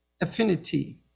affinity